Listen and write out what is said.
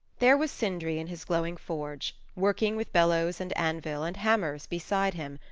there was sindri in his glowing forge, working with bellows and anvil and hammers beside him,